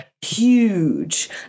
huge